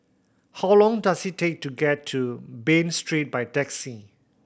how long does it take to get to Bain Street by taxi